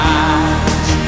eyes